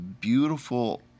beautiful